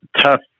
tough